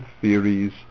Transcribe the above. theories